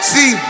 See